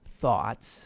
thoughts